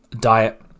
diet